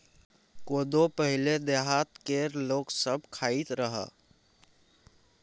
कोदो पहिले देहात केर लोक सब खाइत रहय